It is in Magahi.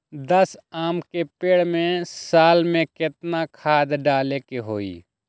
दस आम के पेड़ में साल में केतना खाद्य डाले के होई?